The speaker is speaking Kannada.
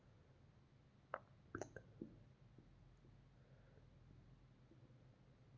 ತೂಕ ಮತ್ತು ಮಾಪನಗಳಲ್ಲಿ ಕಿಲೋ ಗ್ರಾಮ್ ಮೇಟರ್ ಲೇಟರ್ ಇವುಗಳ ಅನುಗುಣವಾಗಿ ಪ್ರಮಾಣಕರಿಸುತ್ತಾರೆ